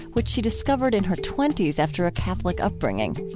which she discovered in her twenty s after a catholic upbringing.